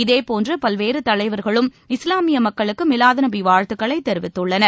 இதேபோன்று பல்வேறு தலைவர்களும் இஸ்லாமிய மக்களுக்கு மீலாதுநபி வாழ்த்துக்களை தெரிவித்துள்ளனர்